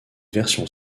version